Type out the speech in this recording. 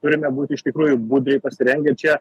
turime būti iš tikrųjų budriai pasirengę ir čia